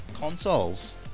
consoles